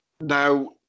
Now